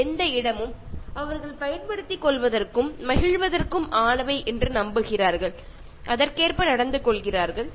അതായത് നമ്മൾ ഇടപഴകുന്ന ചുറ്റുപാടുകൾ നമ്മൾ ഉപയോഗിക്കുന്നവ അത് നമുക്ക് മാത്രം സന്തോഷിക്കാനുള്ളതാണെന്നാണ്